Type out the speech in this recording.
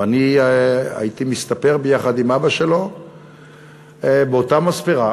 ואני ואבא שלו היינו מסתפרים באותה מספרה